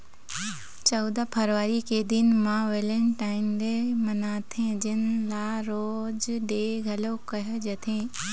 चउदा फरवरी के दिन म वेलेंटाइन डे मनाथे जेन ल रोज डे घलोक कहे जाथे